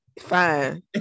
Fine